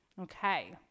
Okay